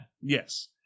Yes